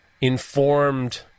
informed